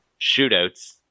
shootouts